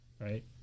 right